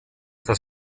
das